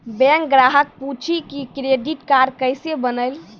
Bank ग्राहक पुछी की क्रेडिट कार्ड केसे बनेल?